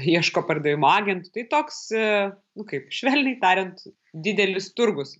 ieško pardavimo agentų tai toks nu kaip švelniai tariant didelis turgus